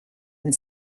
and